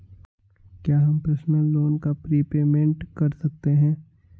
क्या हम personal loan का प्रीपेमेंट कर सकते हैं?